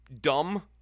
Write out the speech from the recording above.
dumb